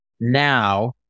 now